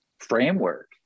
framework